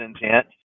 intent